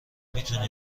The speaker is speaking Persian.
میتونی